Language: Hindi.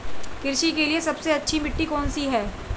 कृषि के लिए सबसे अच्छी मिट्टी कौन सी है?